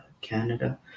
Canada